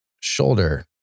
shoulder